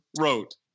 wrote